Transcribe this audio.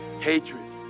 Hatred